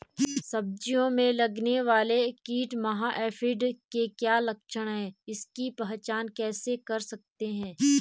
सब्जियों में लगने वाला कीट माह एफिड के क्या लक्षण हैं इसकी पहचान कैसे कर सकते हैं?